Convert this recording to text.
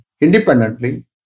independently